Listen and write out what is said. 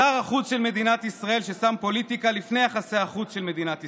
שר החוץ של מדינת ישראל שם פוליטיקה לפני יחסי החוץ של מדינת ישראל.